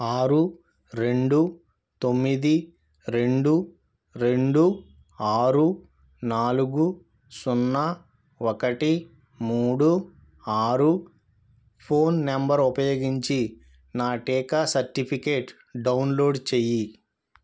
ఆరు రెండు తొమ్మిది రెండు రెండు ఆరు నాలుగు సున్నా ఒకటి మూడు ఆరు ఫోన్ నెంబర్ ఉపయోగించి నా టీకా సర్టిఫికేట్ డౌన్లోడ్ చెయ్యి